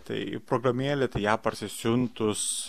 tai programėlė tai ją parsisiuntus